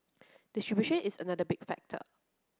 distribution is another big factor